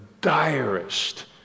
direst